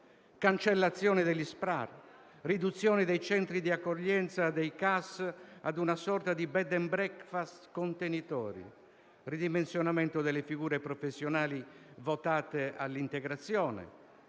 asilo e rifugiati (SPRAR), riduzione dei centri di accoglienza straordinaria (CAS) a una sorta di *bed and breakfast* contenitori, ridimensionamento delle figure professionali votate all'integrazione